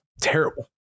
terrible